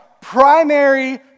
primary